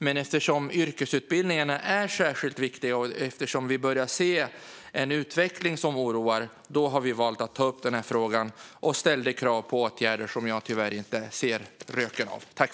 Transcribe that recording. Men eftersom yrkesutbildningarna är särskilt viktiga och eftersom vi börjar se en utveckling som oroar har vi valt att ta upp den här frågan och ställa krav på åtgärder som jag tyvärr inte ser röken av.